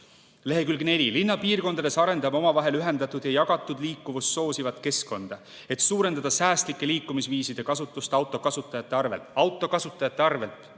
Lehekülg neli: "Linnapiirkondades arendame omavahel ühendatud ja jagatud liikuvust soosivat keskkonda [...], et suurendada säästlike liikumisviiside kasutust autokasutajate arvelt." Autokasutajate arvelt